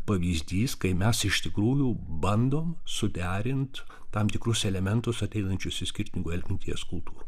pavyzdys kai mes iš tikrųjų bandom suderint tam tikrus elementus ateinančius iš skirtingų atminties kultūrų